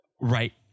Right